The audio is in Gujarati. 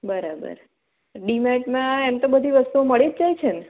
બરાબર ડી માર્ટમાં એમ તો બધી વસ્તુઓ મળી જ જાય છે ને